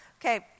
Okay